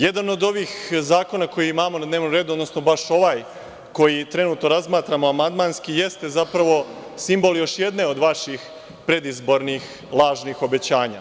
Jedan od ovih zakona koji imamo na dnevnom redu, odnosno baš ovaj koji trenutno razmatramo amandmanski, jeste zapravo simbol još jedne od vaših predizbornih lažnih obećanja.